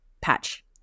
patch